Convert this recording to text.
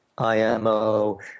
IMO